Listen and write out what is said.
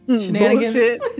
shenanigans